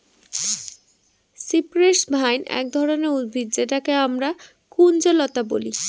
cypress vine এক ধরনের উদ্ভিদ যেটাকে আমরা কুঞ্জলতা বলি